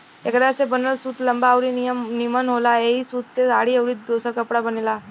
एकरा से बनल सूत लंबा अउरी निमन होला ऐही सूत से साड़ी अउरी दोसर कपड़ा बनेला